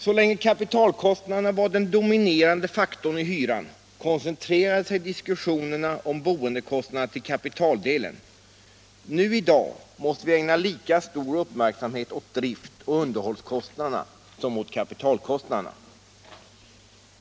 Så länge kapitalkostnaderna var den dominerande faktorn i hyran, koncentrerade sig diskussionerna om boendekostnaderna till kapitaldelen. Nu i dag måste vi ägna lika stor uppmärksamhet åt driftoch underhållskostnaderna som åt kapitalkostnaderna.